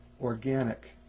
organic